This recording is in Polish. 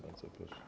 Bardzo proszę.